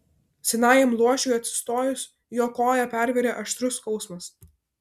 senajam luošiui atsistojus jo koją pervėrė aštrus skausmas